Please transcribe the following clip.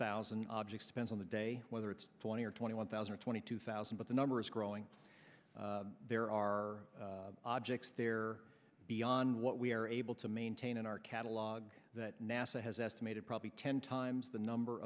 thousand objects spent on the day whether it's twenty or twenty one thousand or twenty two thousand but the number is growing there are objects there beyond what we're able to maintain in our catalog that nasa has estimated probably ten times the number